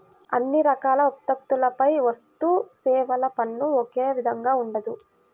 అన్ని రకాల ఉత్పత్తులపై వస్తుసేవల పన్ను ఒకే విధంగా ఉండదు